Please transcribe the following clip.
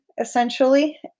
essentially